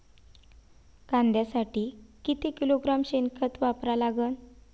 कांद्यासाठी किती किलोग्रॅम शेनखत वापरा लागन?